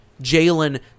Jalen